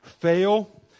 fail